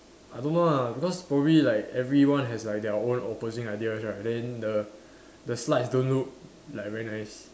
I don't know lah because probably like everyone has like their own opposing ideas right then the the slides don't look like very nice